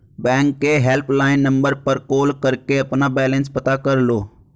bank के helpline number पर call करके अपना बैलेंस पता कर लो